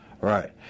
Right